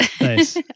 Nice